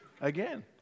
again